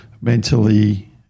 mentally